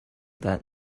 that